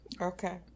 Okay